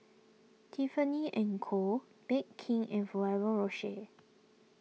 Tiffany and Co Bake King and Ferrero Rocher